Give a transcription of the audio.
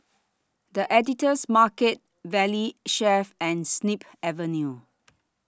The Editor's Market Valley Chef and Snip Avenue